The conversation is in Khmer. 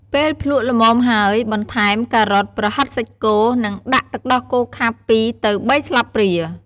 ពេលភ្លក្សល្មមហើយ បន្ថែម ការ៉ុត ប្រហិតសាច់គោ និងដាក់ទឹកដោះគោខាប់ ២ ទៅ ៣ ស្លាបព្រា។